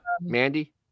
Mandy